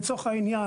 לצורך העניין,